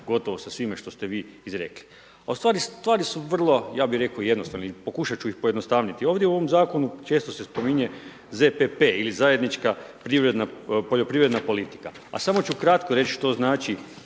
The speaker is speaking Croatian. gotovo sa svime što ste vi izrekli. A ustvari, stvari su vrlo, ja bih rekao, jednostavne i pokušat ću ih pojednostaviti. Ovdje u ovom zakonu često se spominje ZPP ili zajednička poljoprivredna politika a samo ću kratko reći što znači